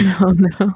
No